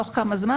תוך כמה זמן?